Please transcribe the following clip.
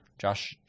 Josh